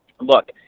look